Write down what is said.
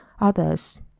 others